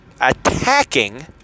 Attacking